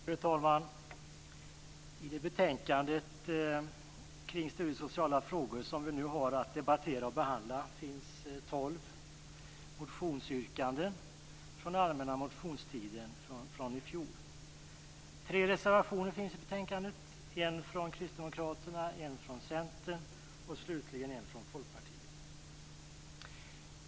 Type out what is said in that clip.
Fru talman! I det betänkande kring studiesociala frågor som vi nu har att debattera och behandla finns tolv motionsyrkanden från allmänna motionstiden från i fjol. Det finns tre reservationer i betänkandet, en från Kristdemokraterna, en från Centern och slutligen en från Folkpartiet.